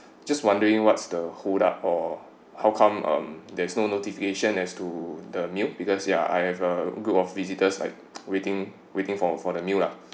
just wondering what's the hold up or how come um there's no notification as to the meal because ya I have a group of visitors like waiting waiting for for the meal lah